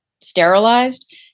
sterilized